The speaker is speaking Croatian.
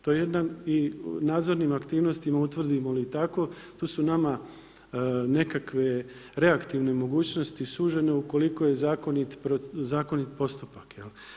To je jedan i nadzornim aktivnostima utvrdimo li tako tu su nama nekakve reaktivne mogućnosti sužene ukoliko je zakonit postupak.